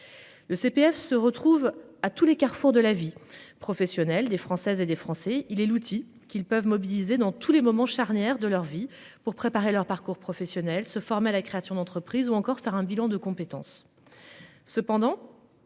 Le CPF se retrouve à tous les carrefours de la vie professionnelle des Françaises et des Français, il est l'outil qu'ils peuvent mobiliser dans tous les moments charnières de leur vie pour préparer leur parcours professionnel se former à la création d'entreprise ou encore faire un bilan de compétence. Cependant.